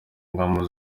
ingamba